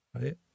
right